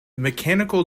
mechanical